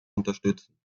unterstützen